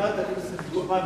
חברת הכנסת זועֲבי.